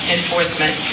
enforcement